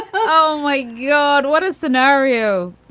oh, my god. what a scenario,